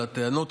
על הטענות.